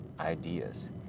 ideas